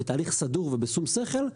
בתהליך סדור ובשום שכל,